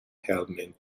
helmet